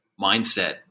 mindset